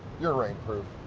you're rainproof.